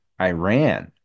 Iran